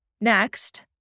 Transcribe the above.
next